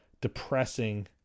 depressing